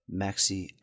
Maxi